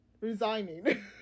resigning